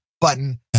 button